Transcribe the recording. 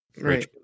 Right